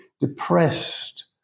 depressed